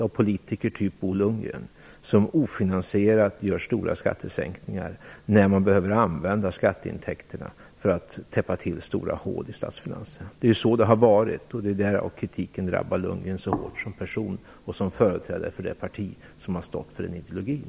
Han gör stora ofinansierade skattesänkningar när man behöver använda skatteintäkterna för att täppa till stora hål i statsfinanserna. Det är ju så det har varit. Därför drabbar kritiken Bo Lundgren så hårt som person och som företrädare för det parti som har stått för ideologin.